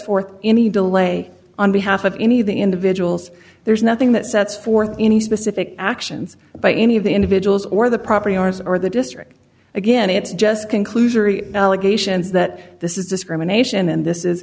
forth any delay on behalf of any of the individuals there's nothing that sets forth any specific actions by any of the individuals or the property owners or the district again it's just conclusionary allegations that this is discrimination and this is